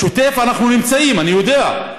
בשוטף אנחנו נמצאים, אני יודע.